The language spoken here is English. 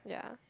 yeah